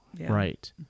right